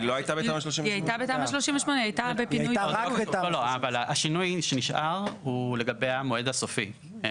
היא הייתה רק בתמ"א 38. השינוי שנשאר הוא לגבי המועד הסופי.